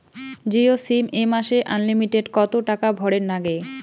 Jio sim এ মাসে unlimited কত টাকা ভরের নাগে?